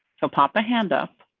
so papa hand up.